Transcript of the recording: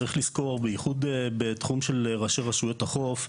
צריך לזכור, בייחוד בתחום של ראשי רשויות החוף,